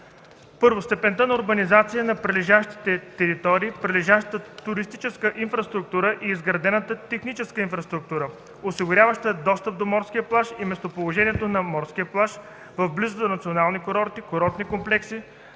1. степента на урбанизация на прилежащите територии, прилежащата туристическа инфраструктура и изградената техническа инфраструктура, осигуряваща достъп до морския плаж и местоположението на морския плаж – в близост до национални курорти, курортни комплекси,